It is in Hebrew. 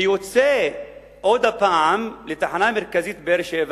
ויוצא עוד הפעם לתחנה המרכזית בבאר-שבע,